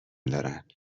دارن